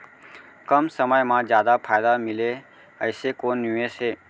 कम समय मा जादा फायदा मिलए ऐसे कोन निवेश हे?